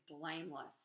blameless